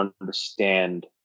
understand